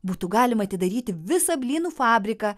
būtų galima atidaryti visą blynų fabriką